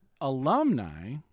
alumni